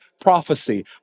prophecy